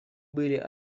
были